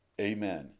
Amen